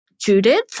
Judith